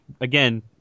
again